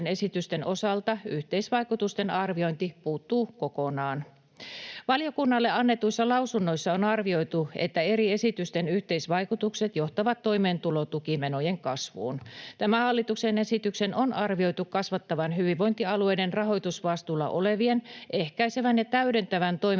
esitysten osalta yhteisvaikutusten arviointi puuttuu kokonaan. Valiokunnalle annetuissa lausunnoissa on arvioitu, että eri esitysten yhteisvaikutukset johtavat toimeentulotukimenojen kasvuun. Tämän hallituksen esityksen on arvioitu kasvattavan hyvinvointialueiden rahoitusvastuulla olevien ehkäisevän ja täydentävän toimeentulotuen